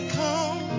come